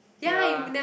ya